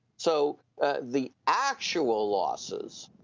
so the actual losses,